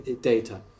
data